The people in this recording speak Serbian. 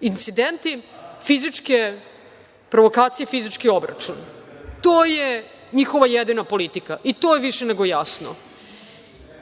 Incidenti, fizičke provokacije i fizički obračun, to je njihova jedina politika i to je više nego jasno. Zbog